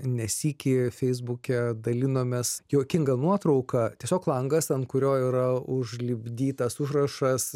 ne sykį feisbuke dalinomės juokinga nuotrauka tiesiog langas ant kurio yra užlipdytas užrašas